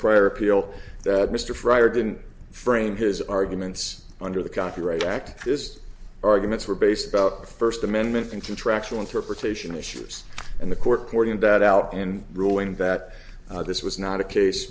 prior appeal that mr fryer didn't frame his arguments under the copyright act this arguments were based about first amendment and contractual interpretation issues and the court cording that out and ruling that this was not a case